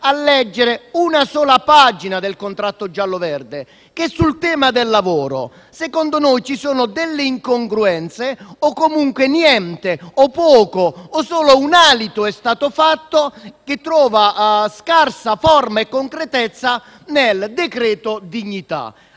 a leggere anche una sola pagina del contratto gialloverde: sul tema del lavoro, secondo noi, ci sono delle incongruenze o, comunque, niente o poco o solo un alito è stato fatto, che trova scarsa forma e concretezza nel decreto-legge dignità.